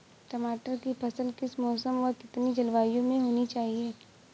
टमाटर की फसल किस मौसम व कितनी जलवायु में होनी चाहिए?